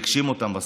והגשים אותם בסוף.